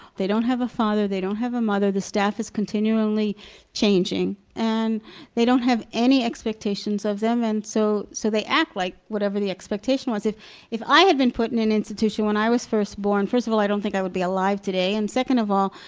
they don't have a father, they don't have a mother. the staff is continually changing, and they don't have any expectations of them and so, so they act like whatever the expectation was. if if i had been put in an institution when i was first born, first of all i don't think that i would be alive today, and second of all,